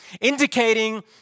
indicating